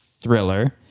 thriller